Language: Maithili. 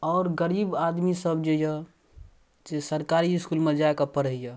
आओर गरीब आदमी सब जे यऽ से सरकारी इसकुलमे जाकऽ पढ़ैये